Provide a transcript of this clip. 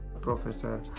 professor